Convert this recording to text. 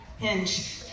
Hinge